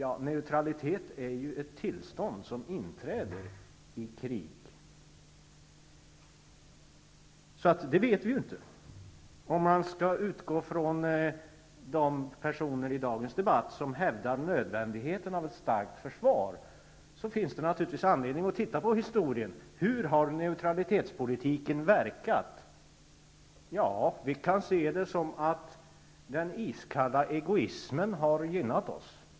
Neutralitet är ett tillstånd som inträder i krig, så därför kan vi inte svara på frågan nu. I dagens debatt finns det personer som hävdar nödvändigheten av ett starkt försvar. Det finns därför anledning att se till historien. Hur har neutralitetspolitiken verkat? Vi kan se det som att den iskalla egoismen har gynnat oss.